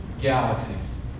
galaxies